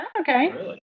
Okay